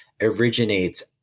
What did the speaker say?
originates